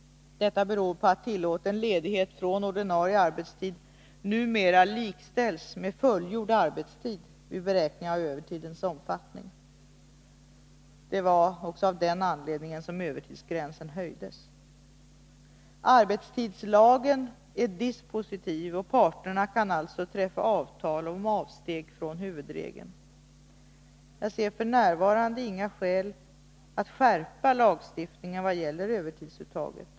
Detta beror på att tillåten ledighet från ordinarie arbetstid numera likställs med fullgjord arbetstid, vid beräkning av övertidens omfattning. Det var också av den anledningen som övertidsgränsen höjdes. Arbetstidslagen är dispositiv, och parterna kan alltså träffa avtal om avsteg från huvudregeln. Jag ser f. n. inga skäl att skärpa lagstiftningen vad gäller övertidsuttaget.